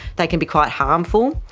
they can be quite harmful.